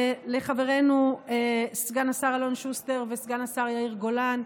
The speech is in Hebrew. לחברינו סגן השר אלון שוסטר וסגן השר יאיר גולן,